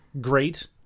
great